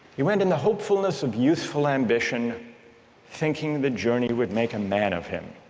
he went in the hopefulness of youthful ambition thinking the journey would make a man of him.